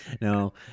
No